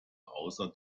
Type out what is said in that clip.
außer